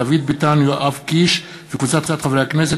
דוד ביטן ויואב קיש וקבוצת חברי הכנסת,